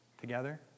together